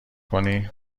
کنی